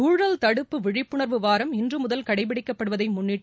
ஊழல் தடுப்பு விழிப்புணர்வு வாரம் இன்று முதல் கடைபிடிக்கப்படுவதை முன்னிட்டு